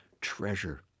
treasure